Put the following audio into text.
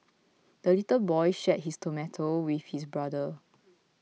the little boy shared his tomato with his brother